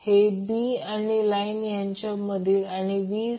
आणि PI 2 R म्हणून 1